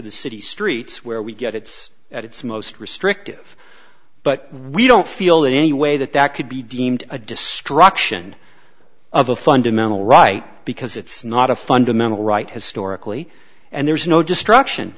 the city streets where we get it's at its most restrictive but we don't feel in any way that that could be deemed a destruction of a fundamental right because it's not a fundamental right historically and there's no destruction